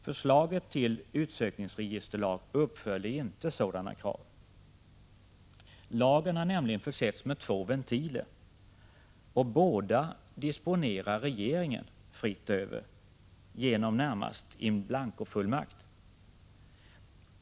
Förslaget till utsökningsregisterlag Utsökningsregisterlag uppfyller inte sådana krav. Lagen har nämligen försetts med två ventiler, och — m.m. båda disponerar regeringen fritt över genom vad som närmast är in-blankofullmakter.